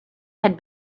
had